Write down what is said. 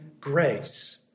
grace